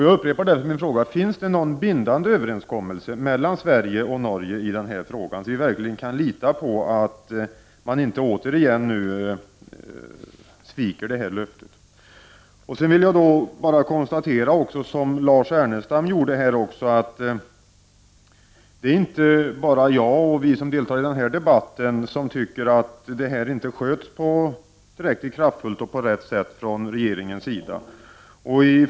Jag upprepar därför min fråga: Finns det någon bindande överenskommelse mellan Sverige och Norge i den här frågan, så att vi verkligen kan lita på att man inte återigen sviker löftet? Jag vill som Lars Ernestam konstatera att det inte bara är jag och vi som deltar i denna debatt som tycker att detta inte sköts på ett tillräckligt kraftfullt och riktigt sätt av regeringen.